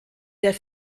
der